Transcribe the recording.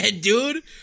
dude